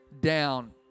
down